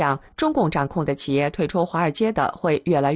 yeah yeah